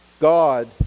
God